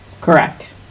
Correct